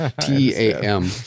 T-A-M